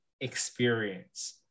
experience